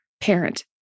parent